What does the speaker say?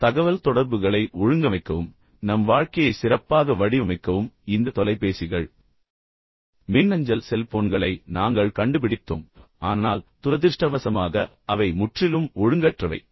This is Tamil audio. நம் தகவல்தொடர்புகளை ஒழுங்கமைக்கவும் நம் வாழ்க்கையை சிறப்பாக வடிவமைக்கவும் இந்த தொலைபேசிகள் மின்னஞ்சல் செல்போன்களை நாங்கள் கண்டுபிடித்தோம் என்பதை நினைவில் கொள்ளுங்கள் ஆனால் துரதிர்ஷ்டவசமாக அவை முற்றிலும் ஒழுங்கற்றவை